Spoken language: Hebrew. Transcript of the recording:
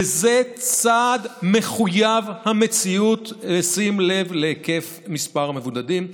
וזה צעד מחויב המציאות בשים לב למספר המבודדים.